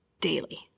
daily